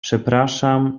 przepraszam